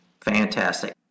fantastic